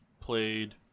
played